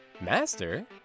master